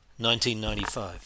1995